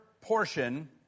portion